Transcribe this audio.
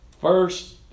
First